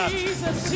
Jesus